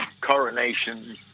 Coronation